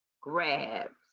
grabs